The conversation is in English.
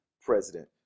president